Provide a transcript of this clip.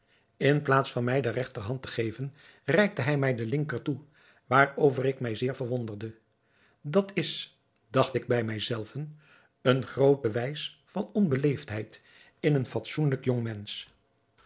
in plaats van mij de regterhand te geven reikte hij mij de linker toe waarover ik mij zeer verwonderde dat is dacht ik bij mij zelven een groot bewijs van onbeleefdheid in een fatsoenlijk jongmensch